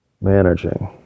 managing